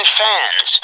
fans